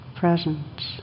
presence